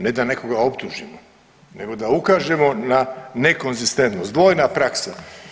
Ne da nekoga optužimo nego da ukažemo na nekonzistentnost, dvojna praksa.